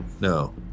No